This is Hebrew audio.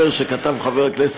הוא החליט מה שהחליט,